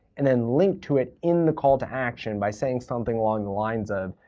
and then link to it in the call to action, by saying something along the lines of,